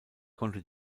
konnte